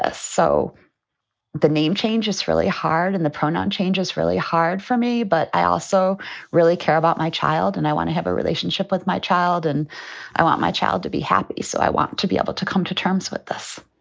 ah so the name change is really hard and the pronoun change is really hard for me. but i also really care about my child and i want to have a relationship with my child and i want my child to be happy. so i want to be able to come to terms with this